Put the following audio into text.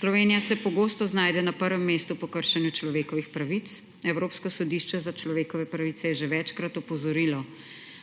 Slovenija se pogosto znajde na prvem mestu po kršenju človekovih pravic. Evropsko sodišče za človekove pravice je že večkrat opozorilo,